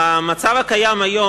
במצב הקיים היום,